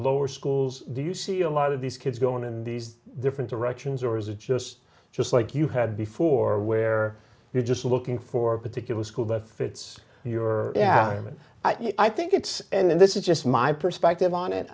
lower schools do you see a lot of these kids going in these different directions or is it just just like you had before where you're just looking for a particular school that fits your yeah i mean i think it's in this is just my perspective on it